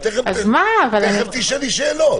תכף תשאלי שאלות.